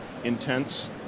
intense